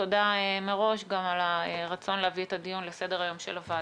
תודה מראש על הרצון להביא את הדיון לסדר-היום של הוועדה.